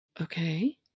okay